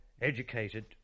educated